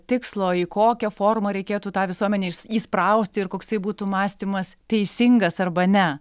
tikslo į kokią formą reikėtų tą visuomenę įsprausti ir koksai būtų mąstymas teisingas arba ne